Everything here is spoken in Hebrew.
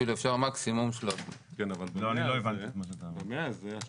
אפשר מקסימום 300. אני לא הבנתי את מה שאתה אמרת.